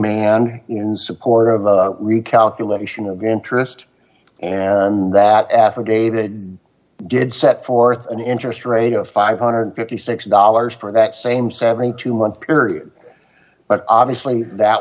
remaining in support of the recalculation of interest and that affidavit did set forth an interest rate of five hundred and fifty six dollars for that same seventy two month period but obviously that